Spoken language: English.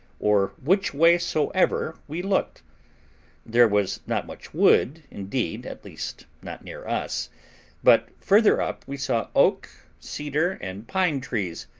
or which way soever we looked there was not much wood indeed, at least not near us but further up we saw oak, cedar, and pine-trees,